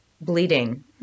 bleeding